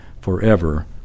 forever